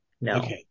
No